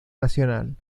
nacional